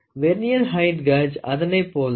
vernier height gauge அதனைப் போல் தான்